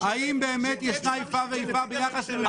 האם יש איפה ואיפה ביחס לממשלות?